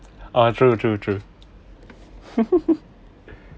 ah true true true